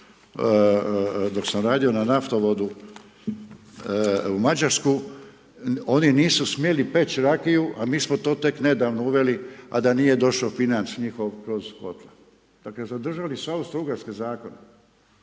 dok sam radio na naftovodu u Mađarsku, oni nisu smjeli peći rakiju, a mi smo to tek nedavno uveli, a da nije došao financ njihov kroz kotla. Dakle, zadržali su Austro-ugarske zakone